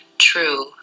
true